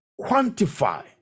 quantify